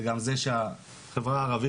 וגם זה שהחברה הערבית,